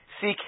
seek